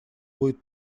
будет